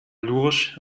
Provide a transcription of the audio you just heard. lurch